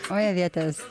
oi avietės